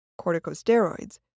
Corticosteroids